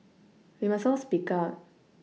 we must all speak out